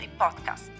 Podcast